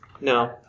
No